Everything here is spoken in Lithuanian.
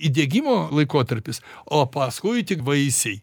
įdiegimo laikotarpis o paskui tik vaisiai